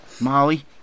Molly